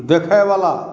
देखयवला